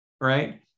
right